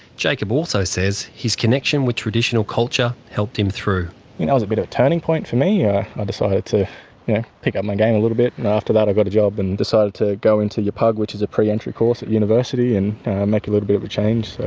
jacob also says his connection with traditional culture helped him through. that was a bit of a turning point for me. i decided to pick up my game a little bit and after that i got a job and decided to go into yapug which is a pre-entry course at university and make a little bit of a change.